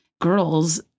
girls